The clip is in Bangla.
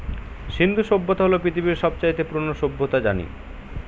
সিন্ধু সভ্যতা হল পৃথিবীর সব চাইতে পুরোনো সভ্যতা জানি